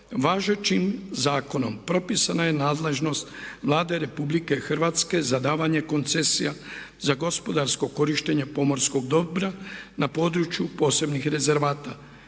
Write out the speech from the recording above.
Važećim zakonom propisana je nadležnost Vlade Republike Hrvatske za davanje koncesija za gospodarsko korištenje pomorskog dobra na području posebnih rezervata.